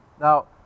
Now